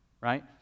right